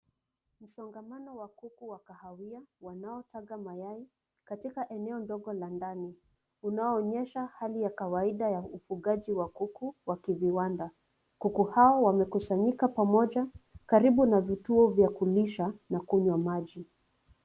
Msongamano wa kuku wa kahawia wanaotaga mayai katika eneo ndogo la ndani unaoononyesha hali ya kawaida ya ufugaji wa kuku wa kiviwanda. Kuku hao wamekusanyika pamoja karibu na vituo vya kulisha na kunywa maji.